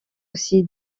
aussi